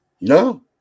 No